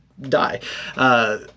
die